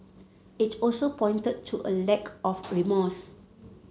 it also pointed to a lack of remorse